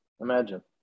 Imagine